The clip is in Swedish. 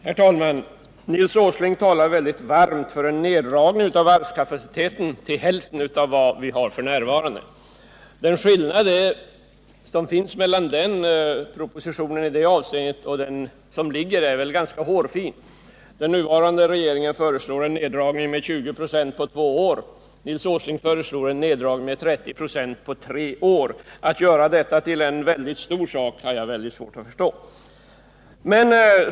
Herr talman! Nils Åsling talar varmt för en neddragning av varvskapaciteten till hälften av vad vi har f.n. Skillnaden mellan den ursprungliga propositionen och den som nu föreligger är i det avseendet ganska hårfin. Den nuvarande regeringen föreslår en neddragning med 20 96 på två år, Nils Åsling föreslår en neddragning med 30 96 på tre år. Att man gör detta till en stor sak har jag väldigt svårt att förstå.